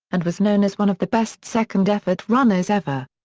and was known as one of the best second-effort runners ever.